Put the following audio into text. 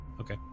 Okay